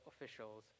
officials